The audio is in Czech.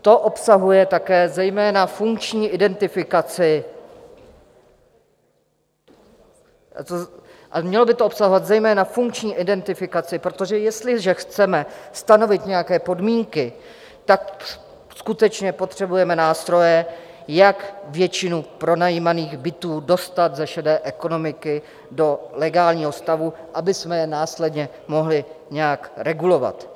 To obsahuje také zejména funkční identifikaci, mělo by to obsahovat zejména funkční identifikaci, protože jestliže chceme stanovit nějaké podmínky, skutečně potřebujeme nástroje, jak většinu pronajímaných bytů dostat ze šedé ekonomiky do legálního stavu, abychom je následně mohli nějak regulovat.